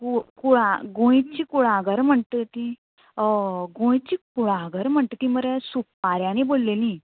कुळ कुळा गोंयचीं कुळागरां म्हणटा तीं गोंयचीं कुळागरां म्हणटा तीं मरे सुपाऱ्यांनी भरलेलीं